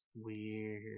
weird